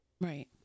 right